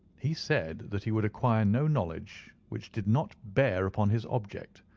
he said that he would acquire no knowledge which did not bear upon his object.